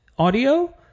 audio